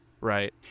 Right